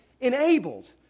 enabled